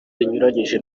binyuranyije